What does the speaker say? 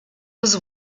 was